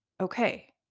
okay